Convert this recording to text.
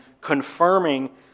confirming